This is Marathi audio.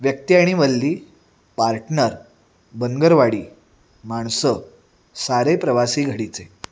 व्यक्ती आणि वल्ली पार्टनर बनगरवाडी माणसं सारे प्रवासी घडीचे